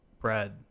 bread